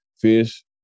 fish